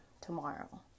tomorrow